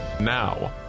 Now